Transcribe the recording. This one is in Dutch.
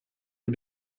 het